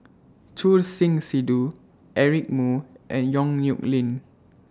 Choor Singh Sidhu Eric Moo and Yong Nyuk Lin